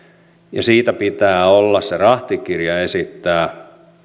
ja siitä pitää olla se rahtikirja esittää